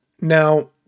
Now